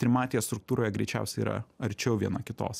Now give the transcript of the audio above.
trimatėje struktūroje greičiausiai yra arčiau viena kitos